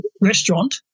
restaurant